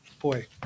boy